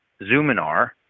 Zoominar